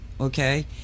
okay